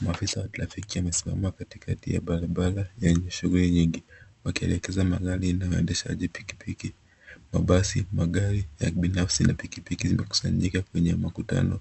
Maafisa wa trafiki wamesimama katikati ya barabara yenye shughuli nyingi wakielekeza magari na waendeshaji pikipiki. Mabasi, magari ya kibinafsi na pikipiki zimekusanyika kwenye makutano